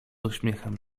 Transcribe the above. uśmiechem